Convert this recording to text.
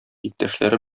иптәшләре